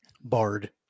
Bard